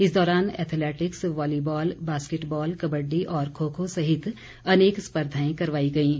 इस दौरान athletics volleyball basketball kabaddi और खो खो सहित अनेक स्पर्धाएं करवाई गईं